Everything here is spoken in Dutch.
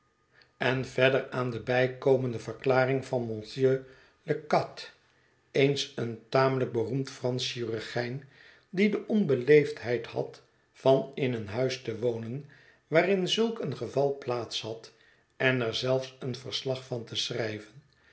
en verder aan de bijkomende verklaring van monsieur le cat eens een tamelijk beroemd fransch chirurgijn die de onbeleefdheid had van in een huis te wonen waarin zulk een geval plaats had en er zelfs een verslag van te schrijven